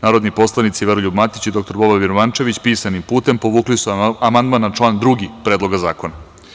Narodni poslanici Veroljub Matić i dr Boban Birmančević pisanim putem povukli su amandman na član 2. Predloga zakona.